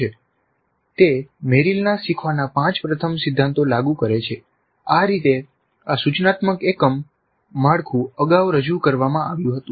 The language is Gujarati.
તે મેરિલના શીખવાના પાંચ પ્રથમ સિદ્ધાંતો લાગુ કરે છે આ રીતે આ સૂચનાત્મક એકમ માળખું અગાઉ રજૂ કરવામાં આવ્યું હતું